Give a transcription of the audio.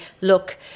look